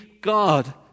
God